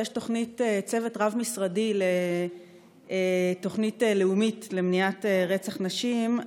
יש צוות רב-משרדי לתוכנית לאומית למניעת רצח נשים.